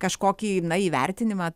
kažkokį na įvertinimą